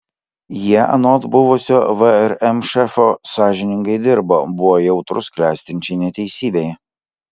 jie anot buvusio vrm šefo sąžiningai dirbo buvo jautrūs klestinčiai neteisybei